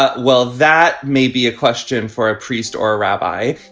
ah well, that may be a question for a priest or a rabbi.